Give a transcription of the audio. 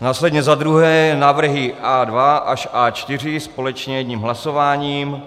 Následně za druhé návrhy A2 až A4 společně jedním hlasováním.